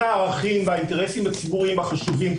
הערכים והאינטרסים הציבוריים החשובים,